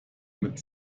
mit